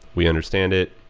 we understand it,